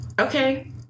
okay